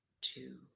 two